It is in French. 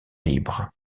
libre